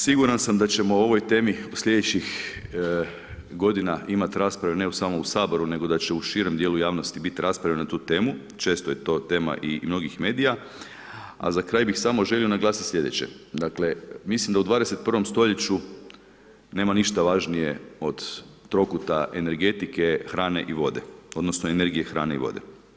Siguran sam da ćemo o ovoj temi u slijedećih godina imati rasprave ne samo u Saboru nego da će u širem dijelu javnosti biti rasprave na tu temu, često je to tema i mnogih medija a za kraj bih samo želio naglasiti slijedeće, dakle, mislim da u 21. st. nema ništa važnije od trokuta energetike, hrane i vode odnosno energije hrane i vode.